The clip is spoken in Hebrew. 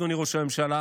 אדוני ראש הממשלה,